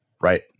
Right